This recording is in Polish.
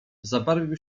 zabarwił